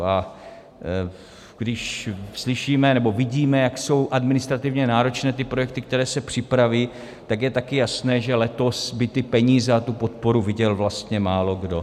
A když slyšíme nebo vidíme, jak jsou administrativně náročné ty projekty, které se připraví, tak je také jasné, že letos by ty peníze a tu podporu viděl vlastně málokdo.